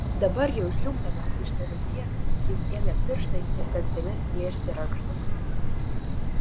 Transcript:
dabar jau žliumbdamas iš nevilties jis ėmė pirštais ir dantimis plėšti rankšluostį